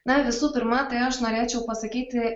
na visų pirma tai aš norėčiau pasakyti